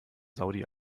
saudi